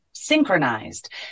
synchronized